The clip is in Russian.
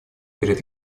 перед